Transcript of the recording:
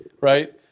right